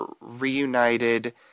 reunited